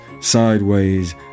sideways